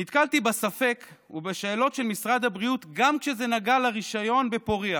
נתקלתי בספק ובשאלות של משרד הבריאות גם כשזה נגע לרישיון לפוריה.